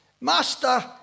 Master